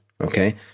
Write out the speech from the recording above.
Okay